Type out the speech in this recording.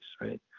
right